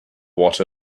what